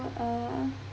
uh